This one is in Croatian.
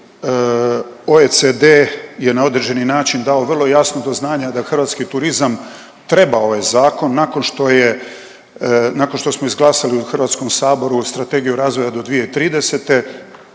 hrvatski turizam treba ovaj zakon nakon što je, nakon što smo izglasali u HS-u Strategiju razvoja do 2030.,